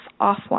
offline